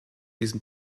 diesem